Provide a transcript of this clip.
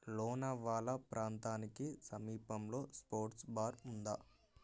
లోనావాలా ప్రాంతానికి సమీపంలో sports bar ఉందా